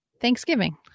Thanksgiving